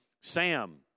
Sam